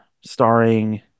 starring